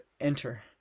enter